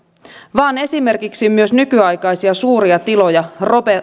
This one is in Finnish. vaan esimerkiksi myös nykyaikaisia suuria tiloja